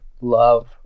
love